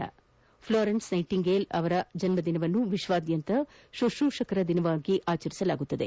miss Florence Nightingale ಅವರ ಜನ್ಮ ದಿನವನ್ನು ವಿಶ್ವಾದ್ಯಂತ ಶುಶ್ರೂಷಕರ ದಿನವಾಗಿ ಆಚರಿಸಲಾಗುತ್ತದೆ